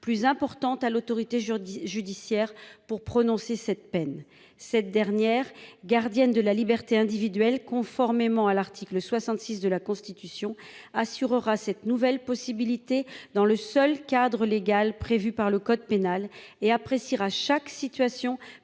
plus importante à l'autorité juridique, judiciaire pour prononcer cette peine cette dernière gardienne de la liberté individuelle, conformément à l'article 66 de la Constitution assurera cette nouvelle possibilité dans le seul cadre légal prévu par le code pénal et appréciera chaque situation